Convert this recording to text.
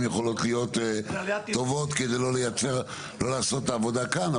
יכולות להיות טובות כדי לא לעשות את העבודה כאן.